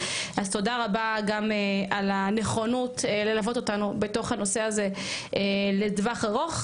אז תודה רבה גם על הנכונות ללוות אותנו בנושא הזה לטווח ארוך,